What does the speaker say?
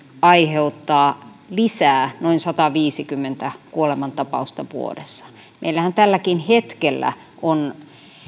aiheuttaa lisää noin sataviisikymmentä kuolemantapausta vuodessa meillähän tälläkin hetkellä on